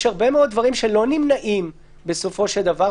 יש הרבה דברים שלא נמנעים בסופו של דבר,